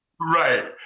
Right